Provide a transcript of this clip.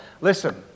Listen